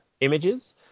images